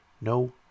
no